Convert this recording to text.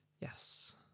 Yes